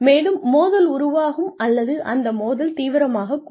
மேலும் மோதல் உருவாகும் அல்லது அந்த மோதல் தீவிரமாகக் கூடும்